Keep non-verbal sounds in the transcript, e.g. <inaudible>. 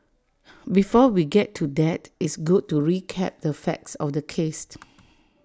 before we get to that it's good to recap the facts of the case <noise>